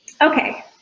Okay